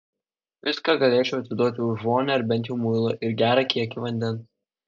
viską galėčiau atiduoti už vonią ar bent jau muilą ir gerą kiekį vandens